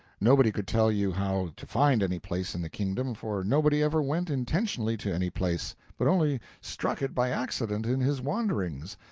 nobody could tell you how to find any place in the kingdom, for nobody ever went intentionally to any place, but only struck it by accident in his wanderings,